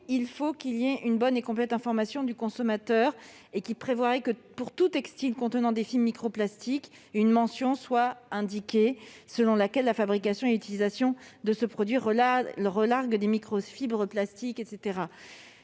Oui, il faut une bonne et complète information du consommateur, et il faudrait, pour tout textile contenant des fibres microplastiques, une mention selon laquelle la fabrication et l'utilisation de ce produit « relarguent » des microfibres plastiques dans